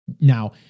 Now